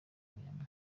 miami